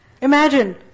Imagine